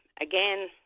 Again